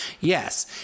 Yes